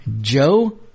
Joe